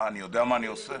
כן.